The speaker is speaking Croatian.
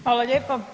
Hvala lijepa.